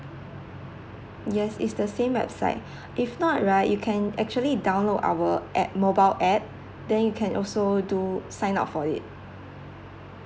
yes is the same website if not right you can actually download our app mobile app then you can also do sign up for it